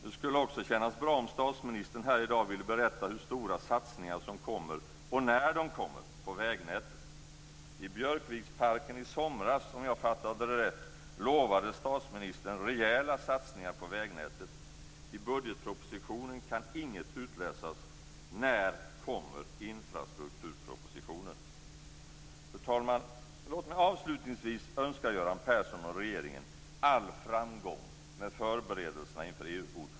Det skulle också kännas bra om statsministern här i dag ville berätta om hur stora satsningar som kommer, och när de kommer, på vägnätet. I Björkviksparken i somras lovade statsministern, om jag har fattat det rätt, rejäla satsningar på vägnätet. I budgetpropositionen kan inget utläsas. Fru talman! Låt mig avslutningsvis önska Göran Persson och regeringen all framgång med förberedelserna inför EU-ordförandeskapet.